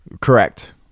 Correct